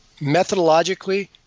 methodologically